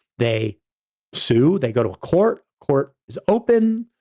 they sue, they go to a court, court is open.